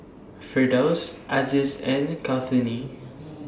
Firdaus Aziz and Kartini